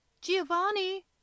Giovanni